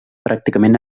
pràcticament